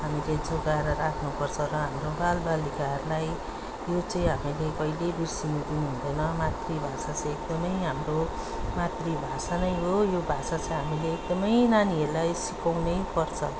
हामीले जोगाएर राख्नुपर्छ र हाम्रो बालबालिकाहरलाई यो चाहिँ हामीले कहिल्यै बिर्सिनु दिनुहुँदैन मातृभाषा चाहिँ एकदमै हाम्रो मातृभाषा नै हो यो भाषा चै हामीले एकदमै नानीहरूलाई सिकउनैपर्छ